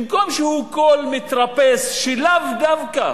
במקום שהוא קול מתרפס, שלאו דווקא